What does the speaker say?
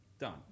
Done